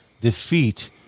defeat